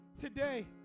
today